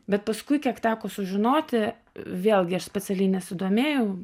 bet paskui kiek teko sužinoti vėlgi aš specialiai nesidomėjau